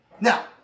Now